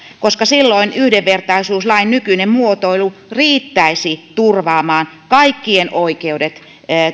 koska silloin yhdenvertaisuuslain nykyinen muotoilu riittäisi turvaamaan kaikkien oikeudet